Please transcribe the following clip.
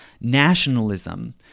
nationalism